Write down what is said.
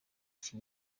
iki